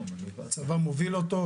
הצבא מוביל אותו,